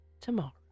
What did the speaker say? tomorrow